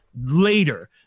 later